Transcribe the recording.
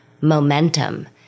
momentum